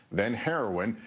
then heroin,